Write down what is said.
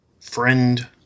Friend